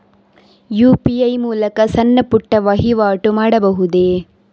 UPI ಮೂಲಕ ಸಣ್ಣ ಪುಟ್ಟ ವಹಿವಾಟು ಮಾಡಬಹುದೇ?